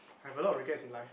I have a lot of regrets in life